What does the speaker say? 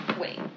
Wait